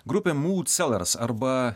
grupė mūd selars arba